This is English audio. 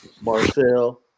Marcel